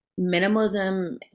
minimalism